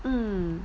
mm